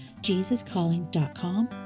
JesusCalling.com